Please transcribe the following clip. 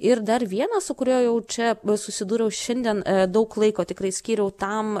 ir dar vienas su kuriuo jau čia susidūriau šiandien daug laiko tikrai skyriau tam